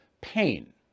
pain